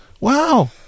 wow